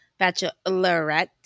Bachelorette